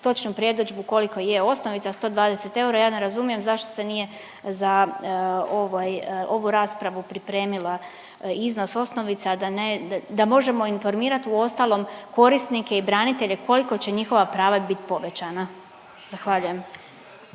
točnu predodžbu koliko je osnovica, 120 eura, ja ne razumijem zašto se nije za ovaj, ovu raspravu pripremila iznos osnovice, a da možemo informirati, uostalom, korisnike i branitelje koliko će njihova prava bit povećana. Zahvaljujem.